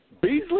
Beasley